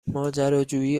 ماجراجویی